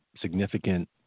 significant